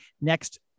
next